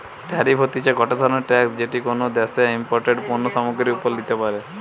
tariff হতিছে গটে ধরণের ট্যাক্স যেটি কোনো দ্যাশে ইমপোর্টেড পণ্য সামগ্রীর ওপরে লিতে পারে